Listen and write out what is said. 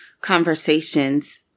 conversations